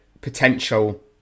potential